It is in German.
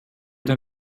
der